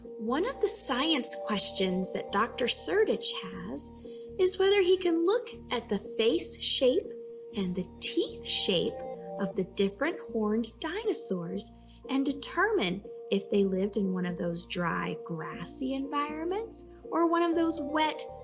one of the science questions that dr. sertich has is whether he can look at the face shape and the teeth shape of the different horned dinosaurs and determine if they lived in one of those dry grassy environments or one of those wet,